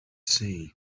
see